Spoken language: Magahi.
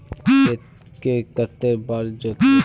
खेत के कते बार जोतबे?